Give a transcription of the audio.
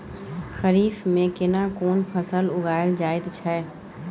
खरीफ में केना कोन फसल उगायल जायत छै?